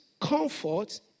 comfort